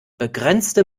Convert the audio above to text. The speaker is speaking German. begrenzte